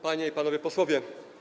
Panie i Panowie Posłowie!